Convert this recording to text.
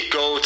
go